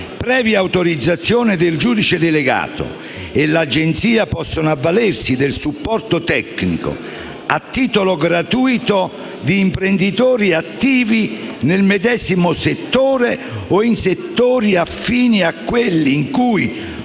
previa autorizzazione del giudice delegato, e l'Agenzia possono avvalersi del supporto tecnico, a titolo gratuito, di imprenditori attivi nel medesimo settore o in settori affini a quelli in cui